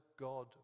God